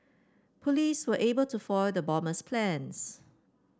police were able to foil the bomber's plans